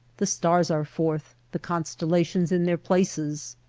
the stars are forth, the constellations in their places,